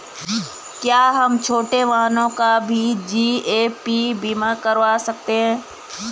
क्या हम छोटे वाहनों का भी जी.ए.पी बीमा करवा सकते हैं?